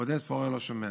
עודד פורר לא שומע.